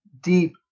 deep